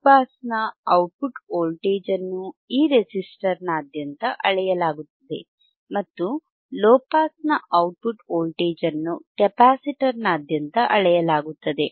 high pass ನ output voltage ಅನ್ನು ಈ ರೆಸಿಸ್ಟರ್ನಾದ್ಯಂತ ಅಳೆಯಲಾಗುತ್ತದೆ ಮತ್ತು ಲೊ ಪಾಸ್ನ ಔಟ್ಪುಟ್ ವೋಲ್ಟೇಜ್ ಅನ್ನು ಕೆಪಾಸಿಟರ್ನಾದ್ಯಂತ ಅಳೆಯಲಾಗುತ್ತದೆ